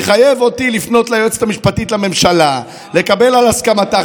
מחייב אותי לפנות ליועצת המשפטית לממשלה לקבל את הסכמתה.